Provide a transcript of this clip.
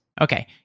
Okay